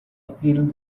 appealed